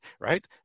Right